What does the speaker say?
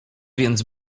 więc